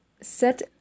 set